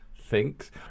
thinks